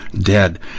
dead